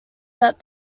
that